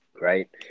right